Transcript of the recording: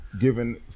Given